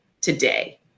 today